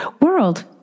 world